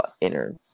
inner